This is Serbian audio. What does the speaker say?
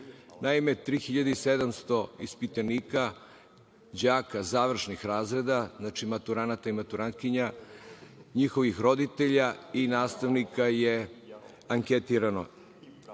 Naime, 3.700 ispitanika đaka završnih razreda, maturanata i maturantkinja, njihovih roditelja i nastavnika je anketirano.